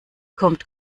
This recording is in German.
kommt